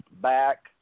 back